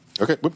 Okay